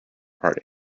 party